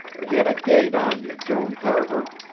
get a gait on ye, joan carver!